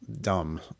dumb